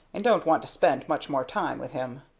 and don't want to spend much more time with him.